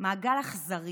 מעגל אכזרי